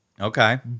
Okay